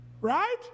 Right